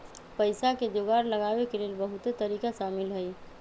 पइसा के जोगार लगाबे के लेल बहुते तरिका शामिल हइ